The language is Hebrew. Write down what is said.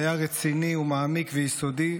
והיה רציני ומעמיק ויסודי,